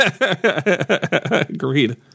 Agreed